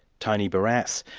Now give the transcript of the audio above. tony barrass.